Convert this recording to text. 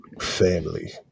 Family